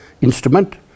instrument